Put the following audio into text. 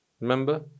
Remember